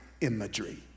imagery